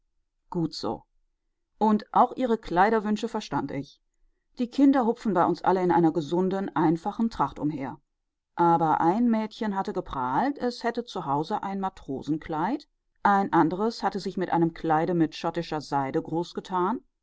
gut so und auch ihre kleiderwünsche verstand ich die kinder hupfen bei uns alle in einer gesunden einfachen tracht umher aber ein mädchen hatte geprahlt es hätte zu hause ein matrosenkleid ein anderes hatte sich mit einem kleide mit schottischer seide großgetan